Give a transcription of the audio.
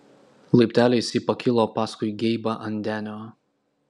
laipteliais ji pakilo paskui geibą ant denio